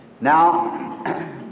Now